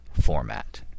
format